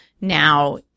now